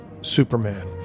Superman